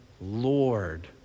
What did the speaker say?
Lord